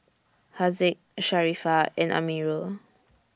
Haziq Sharifah and Amirul